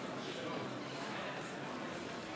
חברים,